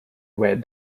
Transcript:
read